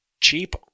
cheap